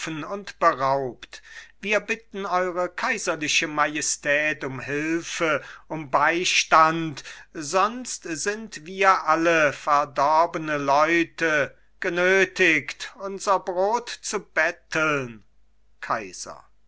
und beraubt wir bitten eure kaiserliche majestät um hülfe um beistand sonst sind wir alle verdorbene leute genötigt unser brot zu betteln kaiser